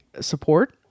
support